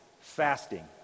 fasting